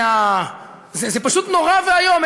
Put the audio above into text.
זה פשוט נורא ואיום,